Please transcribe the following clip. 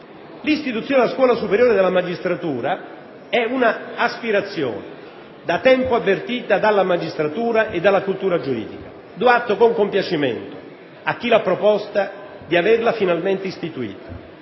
L'istituzione della scuola superiore della magistratura è una aspirazione da tempo avvertita dalla magistratura e dalla cultura giuridica: do atto con compiacimento a chi l'ha proposta di averla finalmente istituita.